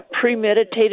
premeditated